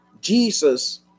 Jesus